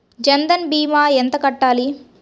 జన్ధన్ భీమా ఎంత కట్టాలి?